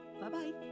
Bye-bye